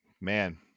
Man